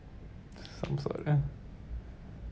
some sort lah